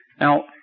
Now